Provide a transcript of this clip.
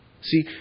See